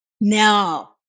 now